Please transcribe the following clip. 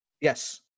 Yes